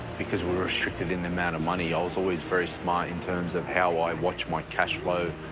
because we were restricted in the amount of money, i was always very smart in terms of how i watch my cash flow,